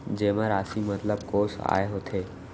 जेमा राशि मतलब कोस आय होथे?